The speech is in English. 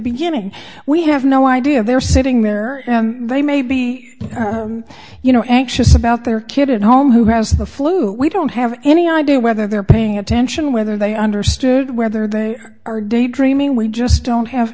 beginning we have no idea if they're sitting there and they may be you know anxious about their kid at home who has the flu we don't have any idea whether they're paying attention whether they understood whether they are daydreaming we just don't have